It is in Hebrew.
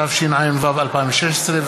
התשע"ו 2016,